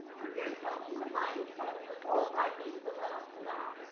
yourself in the mind set of the four or five days that led up to that